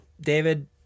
David